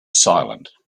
silent